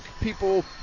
people